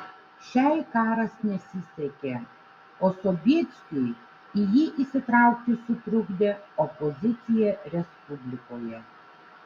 šiai karas nesisekė o sobieskiui į jį įsitraukti sutrukdė opozicija respublikoje